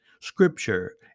Scripture